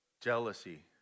jealousy